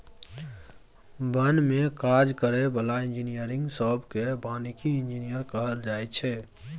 बन में काज करै बला इंजीनियरिंग सब केँ बानिकी इंजीनियर कहल जाइ छै